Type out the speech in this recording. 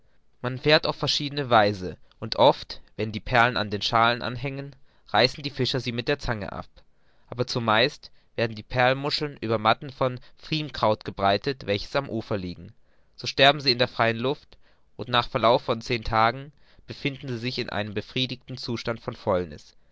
man verfährt auf verschiedene weise und oft wenn die perlen an den schalen anhängen reißen die fischer sie mit der zange ab aber zumeist werden die perlmuscheln über matten von pfriemenkraut gebreitet welche am ufer liegen so sterben sie in der freien luft und nach verlauf von zehn tagen befinden sie sich in einem befriedigenden zustand von fäulniß